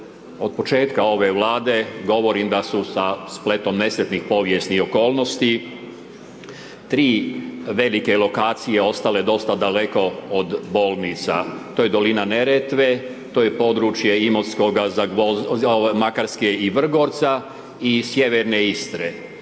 od početka ove Vlade govorim da su sa spletom nesretnih povijesnih okolnosti tri velike lokacije ostale dosta daleko od bolnica. To je dolina Neretve, to je područje Imotskoga, Makarske i Vrgorca i sjeverne Istre,